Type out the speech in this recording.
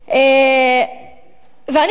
ואני חושבת,